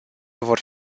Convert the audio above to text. vor